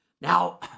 Now